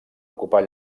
ocupar